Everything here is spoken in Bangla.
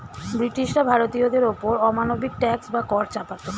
ব্রিটিশরা ভারতীয়দের ওপর অমানবিক ট্যাক্স বা কর চাপাতো